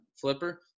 flipper